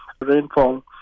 rainfall